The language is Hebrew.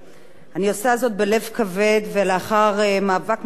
אני עושה זאת בלב כבד ולאחר מאבק ממושך